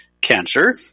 cancer